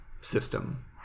system